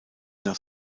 nach